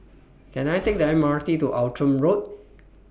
Can I Take The M R T to Outram Road